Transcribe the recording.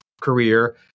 career